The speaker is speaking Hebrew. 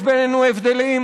יש בינינו הבדלים,